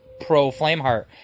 pro-Flameheart